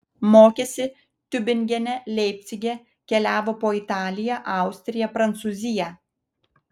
mokėsi tiubingene leipcige keliavo po italiją austriją prancūziją